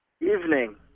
Evening